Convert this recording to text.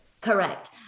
Correct